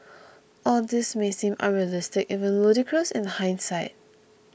all this may seem unrealistic even ludicrous in hindsight